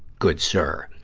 good sir?